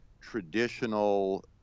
traditional